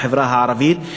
בחברה הערבית,